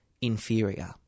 inferior